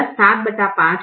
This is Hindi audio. तो 0 7 5 75 है